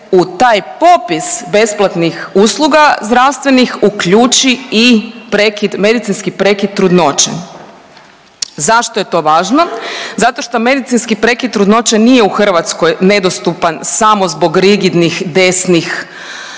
u taj popis besplatnih usluga zdravstvenih uključi i prekid, medicinski prekid trudnoće. Zašto je to važno? Zato što medicinski prekid trudnoće nije u Hrvatskoj nedostupan samo zbog rigidnih desnih